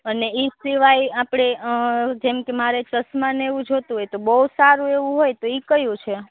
અને એ સિવાય આપણે જેમકે મારે ચશ્મા ને એવું જોઈતું હોય તો બહુ સારું એવું હોય તો એ કયું છે